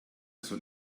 soll